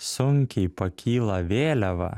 sunkiai pakyla vėliava